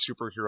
superhero